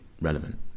relevant